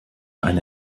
eine